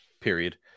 period